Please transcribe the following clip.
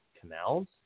Canals